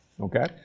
Okay